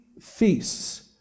feasts